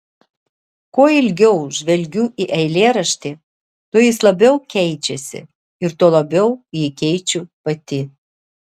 kuo ilgiau žvelgiu į eilėraštį tuo jis labiau keičiasi ir tuo labiau jį keičiu pati